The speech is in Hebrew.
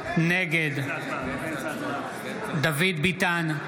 נגד דוד ביטן,